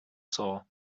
soul